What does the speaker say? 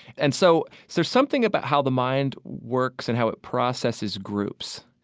and so there's something about how the mind works and how it processes groups,